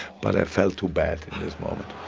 but i felt too bad in this moment!